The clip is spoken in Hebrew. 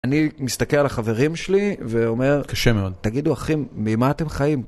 אני מסתכל על החברים שלי ואומר, תגידו אחים, ממה אתם חיים?